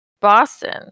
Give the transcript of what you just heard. Boston